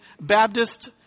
Baptist